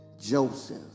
Joseph